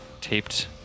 taped